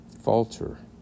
falter